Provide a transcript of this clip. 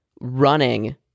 running